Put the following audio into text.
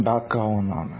ഉണ്ടാക്കാവുന്നതാണ്